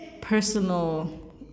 personal